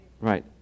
Right